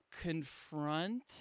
confront